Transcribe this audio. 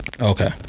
okay